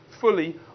fully